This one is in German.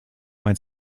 mein